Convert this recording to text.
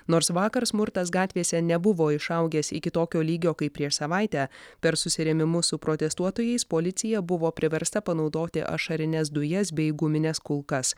nors vakar smurtas gatvėse nebuvo išaugęs iki tokio lygio kaip prieš savaitę per susirėmimus su protestuotojais policija buvo priversta panaudoti ašarines dujas bei gumines kulkas